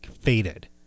faded